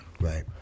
Right